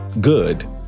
good